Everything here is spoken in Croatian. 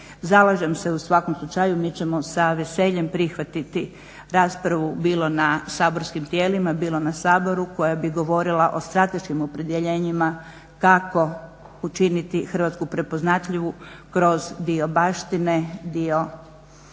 Zalažem se u svakom slučaju. Mi ćemo sa veseljem prihvatiti raspravu bilo na saborskim tijelima, bilo na Saboru koja bi govorila o strateškim opredjeljenjima kako učiniti Hrvatsku prepoznatljivu kroz dio baštine, dio